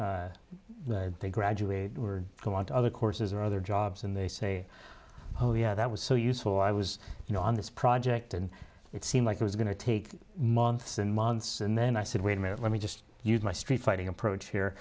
they graduate go on to other courses or other jobs and they say oh yeah that was so useful i was you know on this project and it seemed like it was going to take months and months and then i said wait a minute let me just use my street fighting approach